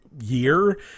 year